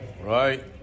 Right